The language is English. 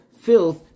filth